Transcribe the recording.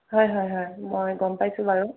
হয় হয় হয় মই গম পাইছোঁ বাৰু